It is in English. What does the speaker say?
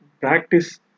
practice